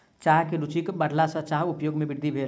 चाह में रूचिक बढ़ला सॅ चाहक उपयोग में वृद्धि भेल